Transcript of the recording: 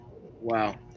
Wow